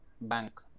bank